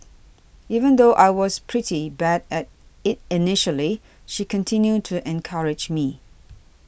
even though I was pretty bad at it initially she continued to encourage me